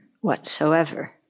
whatsoever